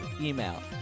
email